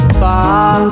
far